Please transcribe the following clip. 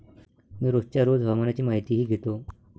मी रोजच्या रोज हवामानाची माहितीही घेतो